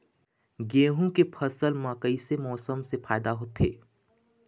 गेहूं के फसल म कइसे मौसम से फायदा होथे?